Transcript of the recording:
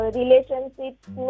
relationships